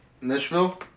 Nashville